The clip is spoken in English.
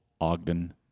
Ogden